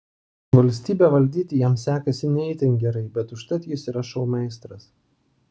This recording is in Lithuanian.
valstybę valdyti jam sekasi ne itin gerai bet užtat jis yra šou meistras